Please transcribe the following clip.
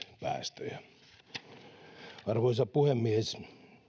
päästöjä arvoisa puhemies